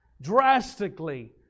drastically